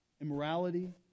immorality